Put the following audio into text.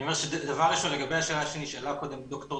אני אומר שדבר ראשון לגבי השאלה שנשאלה קודם את ד"ר